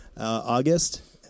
August-